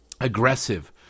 aggressive